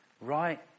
Right